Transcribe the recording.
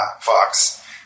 fox